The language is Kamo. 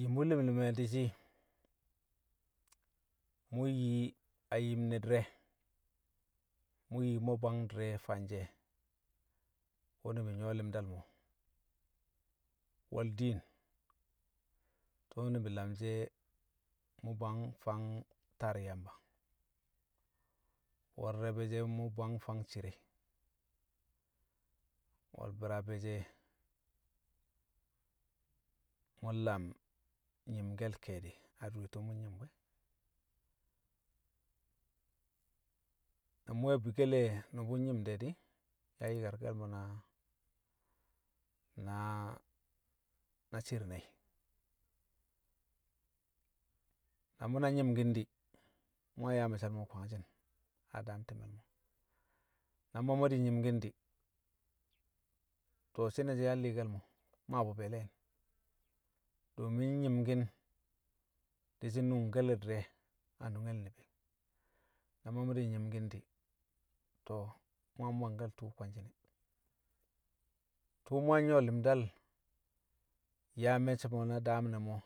Yim wṵ li̱m li̱m e̱ di̱shi̱ mṵ yi a yim ne̱ di̱re̱ mṵ yi mṵ bwang di̱re̱ fanshe̱, wṵ ni̱bi̱ nyṵwo̱ li̱mdal mo̱. We̱l diin, tṵṵ ni̱bi̱ lamshi̱ e̱ mṵ bwang fang taar Yamba. We̱l rabe̱ she̱, mṵ bwang fang cire, wẹl bi̱raabe̱ she̱, mṵ lam nyi̱mke̱l ke̱e̱di̱ adure tṵṵ mṵ nyi̱m bṵ e̱. Na mṵ we̱ bikkele nṵbṵ nyi̱m de̱ di̱, yang nyi̱karke̱l mo̱ na- na- na shi̱i̱r nai̱. na mu̱ na nyi̱mkin di̱ mṵ yang yaa me̱cce̱l mo̱ kwangshi̱n a daam ti̱me̱l mo̱. Na ma mṵ di̱ nyi̱mki̱n di̱, to̱ shi̱nashẹ yang a li̱i̱ke̱l mo̱ mmaa bṵ be̱e̱le̱yi̱n. Domin nyi̱mki̱n di̱shi̱ nu̱ngke̱le̱ di̱re̱ a nungel ni̱bi̱, na ma mu̱ di̱ nyi̱mki̱n di̱, to̱, mṵ yang bwangke̱l tu̱ṵ kwe̱ngshi̱n e̱. Tṵṵ mṵ yang nyṵwo̱ li̱mdal yaa me̱cce̱l mo̱ na daam ne̱ mo̱